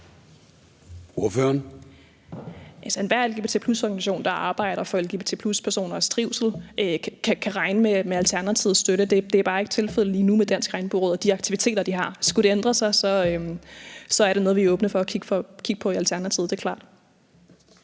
Enhver lgbt+ organisation, der arbejder for lgbt+-personers trivsel, kan regne med Alternativets støtte. Det er bare ikke tilfældet lige nu med Dansk Regnbueråd og de aktiviteter, de har. Skulle det ændre sig, er det noget, vi er åbne for at kigge på i Alternativet;